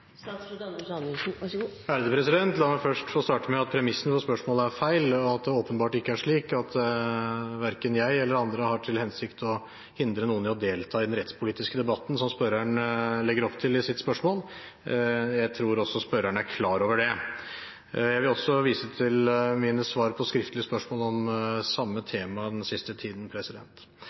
La meg først få starte med at premissene for spørsmålet er feil, og at det åpenbart ikke er slik at verken jeg eller andre har til hensikt å hindre noen i å delta i den rettspolitiske debatten, som spørreren legger opp til i sitt spørsmål. Jeg tror også spørreren er klar over det. Jeg vil også vise til mine svar på skriftlige spørsmål om samme tema den siste tiden.